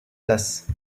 place